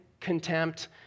contempt